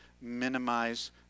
minimize